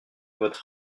votre